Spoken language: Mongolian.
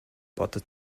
бодож